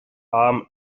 arm